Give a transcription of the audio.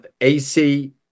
AC